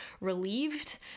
relieved